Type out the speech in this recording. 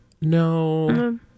No